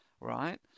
right